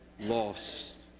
lost